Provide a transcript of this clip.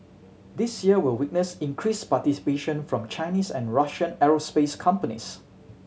this year will witness increased participation from Chinese and Russian aerospace companies